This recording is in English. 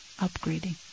upgrading